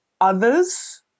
others